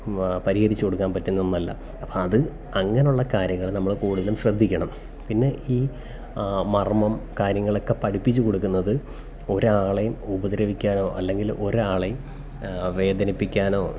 പരിഹരിച്ചു കൊടുക്കാൻ പറ്റുന്ന ഒന്നല്ല അപ്പം അത് അങ്ങനെയുള്ള കാര്യങ്ങൾ നമ്മൾ കൂടുതലും ശ്രദ്ധിക്കണം പിന്നെ ഈ മർമ്മം കാര്യങ്ങളൊക്കെ പഠിപ്പിച്ചു കൊടുക്കുന്നത് ഒരാളെയും ഉപദ്രവിക്കാനോ അല്ലെങ്കിൽ ഒരാളെയും വേദനിപ്പിക്കാനോ